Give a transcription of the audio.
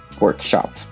Workshop